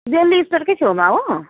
दिल्ली स्टोरकै छेउमा हो